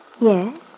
Yes